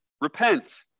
repent